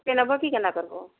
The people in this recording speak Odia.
କି ନେବ କି କେନ୍ତା କର୍ବ